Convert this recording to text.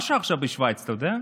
מה השעה עכשיו בשווייץ, אתה יודע?